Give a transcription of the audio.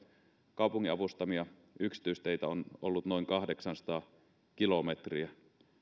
kaupungin avustamia yksityisteitä on ollut noin kahdeksansataa kilometriä